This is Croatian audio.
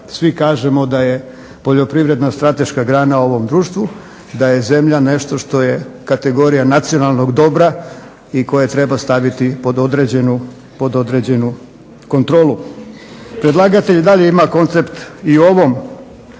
svi kažemo da je poljoprivredna strateška grana u ovom društvu, da je zemlja nešto što je kategorija nacionalnog dobra i koju treba staviti pod određenu kontrolu. Predlagatelj i dalje ima koncept i o ovom